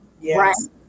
Yes